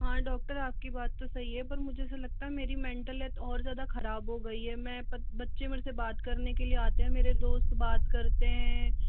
हाँ डॉक्टर आपकी बात तो सही है पर मुझे तो लगता है मेरी मेंटल हेल्थ और ज़्यादा खराब हो गई है मैं बच्चे मेरे से बात करने के लिए आते हैं मेरे दोस्त बात करते हैं